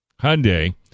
Hyundai